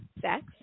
sex